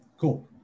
cool